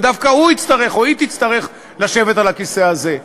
ודווקא הוא יצטרך או היא תצטרך לשבת על הכיסא הזה.